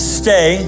stay